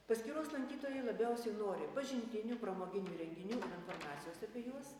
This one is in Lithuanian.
paskyros lankytojai labiausiai nori pažintinių pramoginių renginių ir informacijos apie juos